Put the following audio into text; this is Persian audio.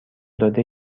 داده